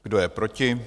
Kdo je proti?